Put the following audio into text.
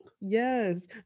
Yes